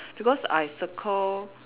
because I circle